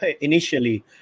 initially